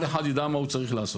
כל אחד יידע מה הוא צריך לעשות.